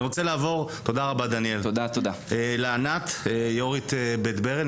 אני רוצה לעבור לענת מבית ברל,